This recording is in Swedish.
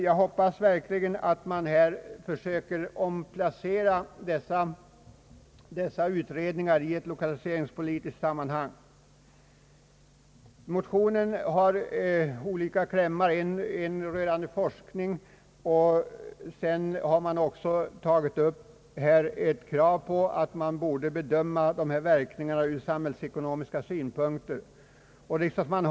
Jag hoppas dock att man verkligen försöker sälta in dessa utredningar i ett lokaliseringspolitiskt sammanhang innan de går till genomförande. Motionen har olika klämmar, en rörande forskning och en med krav på att en översyn och samordning skall genomföras med beaktande av de samhällsekonomiska verkningarna, Utskottet föreslår att motionen jämte en del andra bringas till de utredande och planerande myndigheternas kännedom.